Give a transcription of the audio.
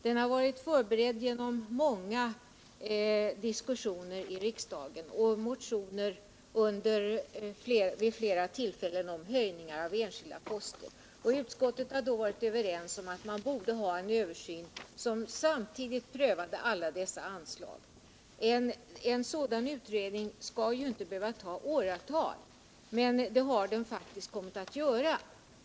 Den har varit förberedd genom många diskussioner i riksdagen och genom motioner vid flera tillfällen om höjningar av enskilda poster. Utskottet har då varit överens om att man borde ha en översyn som prövar alla dessa anslag samtidigt. En sådan utredning skall inte behöva ta åratal, men så har det faktiskt kommit att bli.